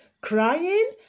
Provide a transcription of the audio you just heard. crying